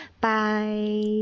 Bye